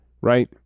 right